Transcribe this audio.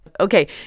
okay